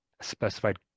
specified